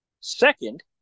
Second